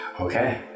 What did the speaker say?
Okay